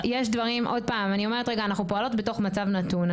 אנחנו פועלות בתוך מצב נתון.